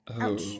Ouch